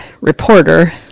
Reporter